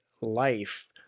life